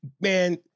Man